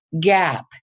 gap